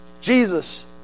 Jesus